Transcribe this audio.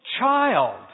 child